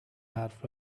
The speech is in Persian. حرف